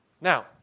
Now